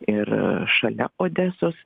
ir šalia odesos